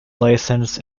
license